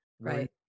Right